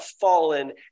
fallen